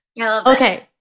Okay